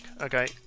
Okay